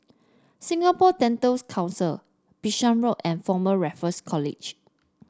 Singapore Dental Council Bishan Road and Former Raffles College